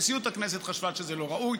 נשיאות הכנסת חשבה שזה לא ראוי,